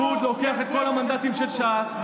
הליכוד לוקח את כל המנדטים של ש"ס,